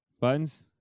Buttons